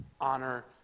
Honor